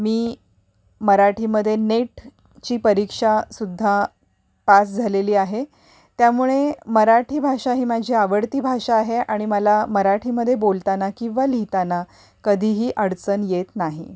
मी मराठीमध्ये नेटची परीक्षा सुद्धा पास झालेली आहे त्यामुळे मराठी भाषा ही माझी आवडती भाषा आहे आणि मला मराठीमध्ये बोलताना किंवा लिहिताना कधीही अडचण येत नाही